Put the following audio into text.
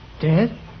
Dead